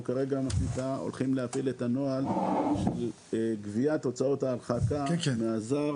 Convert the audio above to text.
אנחנו כרגע הולכים להפעיל את הנוהל של גביית הוצאות ההרחקה מהזר,